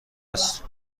است